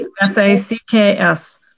S-A-C-K-S